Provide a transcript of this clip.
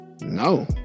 No